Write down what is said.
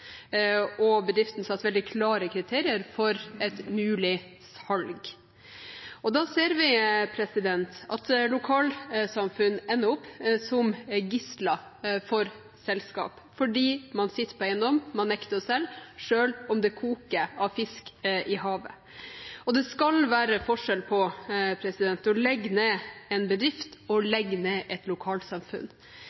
og bedriften satte veldig klare kriterier for et mulig salg. Da ser vi at lokalsamfunn ender opp som gisler for selskap fordi man sitter på eiendom man nekter å selge, selv om det koker av fisk i havet. Det skal være forskjell på å legge ned en bedrift og